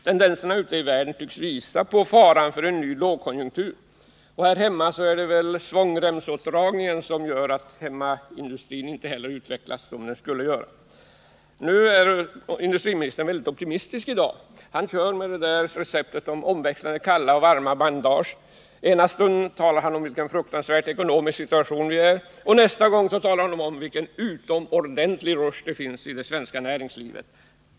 Tendenserna ute i världen visar på faran för en ny lågkonjunktur. Här hemma är det väl svångremsåtdragningen som gör att inte heller hemmaindustrin utvecklas som den borde. Industriministern är emellertid väldigt optimistisk i dag — han kör med receptet omväxlande kalla och varma bandage. Den ena stunden talar han om vilken fruktansvärd ekonomisk situation som vi befinner oss i och den andra stunden talar han om vilken utomordentlig rush det finns i det svenska näringslivet.